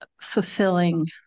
fulfilling